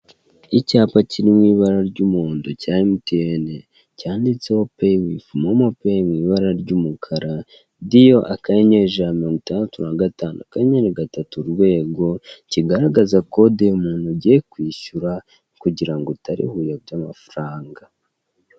Icyapa kiri mu ibara ry'umuhondo cya emutiyene, cyanditseho peyi wivi momo peyi mu ibara ry'umukara, diyo akanyenyeri ijana na mirngo itandatu na gatanu akanyeyeri gatatu urwego, kigaragaza kode y'umuntu ugiye kwishyura kugira ngo utaribuyobye amafaranga.